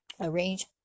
arrange